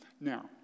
Now